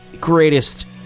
greatest